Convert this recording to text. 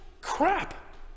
crap